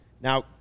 Now